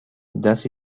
das